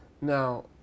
Now